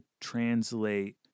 translate